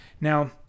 Now